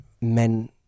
men